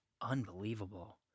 Unbelievable